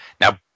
now